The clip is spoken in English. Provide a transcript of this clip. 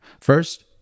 First